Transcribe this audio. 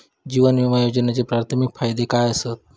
जीवन विमा योजनेचे प्राथमिक फायदे काय आसत?